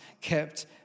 kept